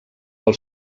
pel